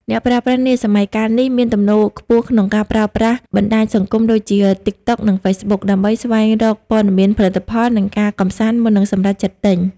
អ្នកប្រើប្រាស់នាសម័យកាលនេះ មានទំនោរខ្ពស់ក្នុងការប្រើប្រាស់បណ្ដាញសង្គមដូចជា TikTok និង Facebook ដើម្បីស្វែងរកព័ត៌មានផលិតផល និងការកម្សាន្តមុននឹងសម្រេចចិត្តទិញ។